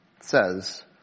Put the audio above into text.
says